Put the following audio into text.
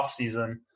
offseason –